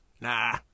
Nah